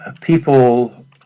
people